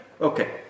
Okay